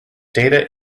data